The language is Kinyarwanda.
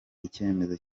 icyemezo